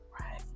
Right